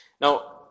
Now